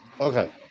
Okay